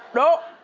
no.